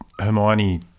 Hermione